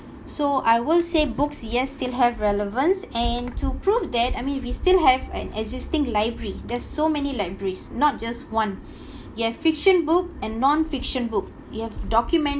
so I will say books yes still have relevance and to prove that I mean we still have an existing library there's so many libraries not just one you have fiction book and non-fiction book you have documentaries